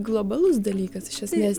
globalus dalykas iš esmės